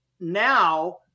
now